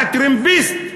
הטרמפיסט,